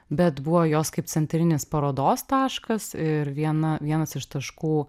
bet buvo jos kaip centrinis parodos taškas ir viena vienas iš taškų